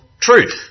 truth